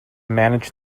manage